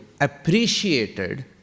appreciated